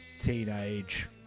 teenage